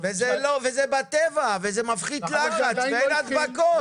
זה מעולה, וזה בטבע, וזה מפחית לחץ, ואין הדבקות.